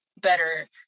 better